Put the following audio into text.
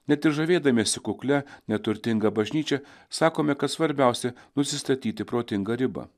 net ir žavėdamiesi kuklia neturtinga bažnyčia sakome kad svarbiausia nusistatyti protingą ribą